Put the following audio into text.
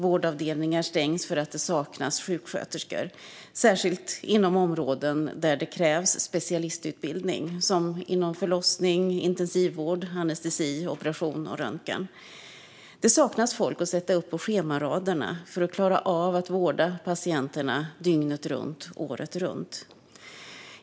Vårdavdelningar stängs för att det saknas sjuksköterskor, särskilt inom områden där det krävs specialistutbildning som inom förlossning, intensivvård, anestesi, operation och röntgen. Det saknas folk att sätta upp på schemaraderna för att klara av att vårda patienterna dygnet runt, året runt.